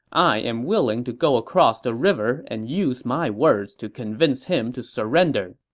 i am willing to go across the river and use my words to convince him to surrender.